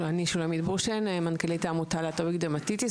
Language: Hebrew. אני מנכ"לית העמותה לאטופיק דרמטיטיס